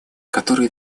которые